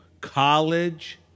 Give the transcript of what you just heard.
college